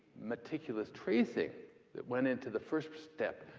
meticulous tracing that went into the first step.